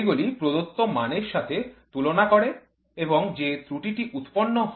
এগুলি প্রদত্ত মান এর সাথে তুলনা করে এবং ত্রুটিটি উৎপন্ন হয়